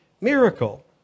miracle